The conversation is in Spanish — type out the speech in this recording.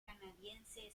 canadiense